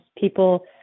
people